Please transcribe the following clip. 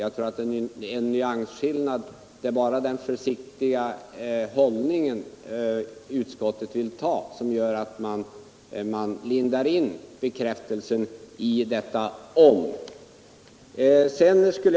Jag tror att det är en nyansskillnad — det är bara den omständigheten att utskottet vill markera sin försiktiga hållning och lindar in bekräftelsen i detta ”även om”.